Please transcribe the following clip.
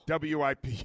WIP